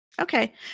Okay